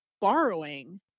borrowing